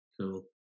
Cool